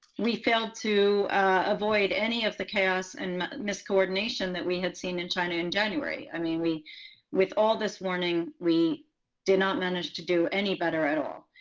we failed to avoid any of the chaos and miscoordination that we had seen in china in january. i mean with all this warning, we did not manage to do any better at all.